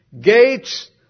Gates